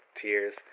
tears